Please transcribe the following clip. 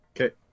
Okay